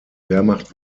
wehrmacht